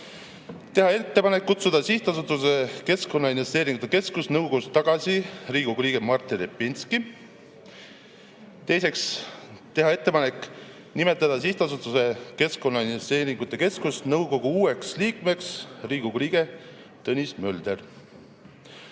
teha ettepanek kutsuda Sihtasutuse Keskkonnainvesteeringute Keskus nõukogust tagasi Riigikogu liige Martin Repinski. Teiseks, teha ettepanek nimetada Sihtasutuse Keskkonnainvesteeringute Keskus nõukogu uueks liikmeks Riigikogu liige Tõnis Mölder.